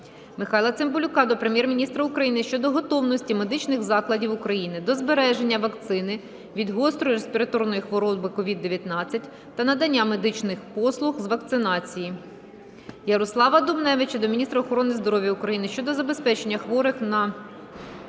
Михайла Цимбалюка до Прем'єр-міністра України щодо готовності медичних закладів України до збереження вакцини від гострої респіраторної хвороби СОVID-19 та надання медичних послуг з вакцинації. Ярослава Дубневича до міністра охорони здоров’я України щодо забезпечення хворих на